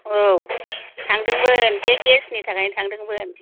औ थांदोंमोन बे गेस नि थाखायनो थांदोंमोन